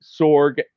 Sorg